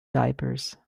diapers